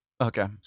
Okay